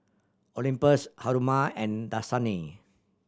Olympus Haruma and Dasani